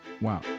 Wow